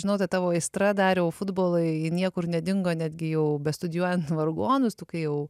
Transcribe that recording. žinau ta tavo aistra dariau futbolui ji niekur nedingo netgi jau bestudijuojant vargonus tu kai jau